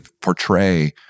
portray